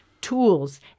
tools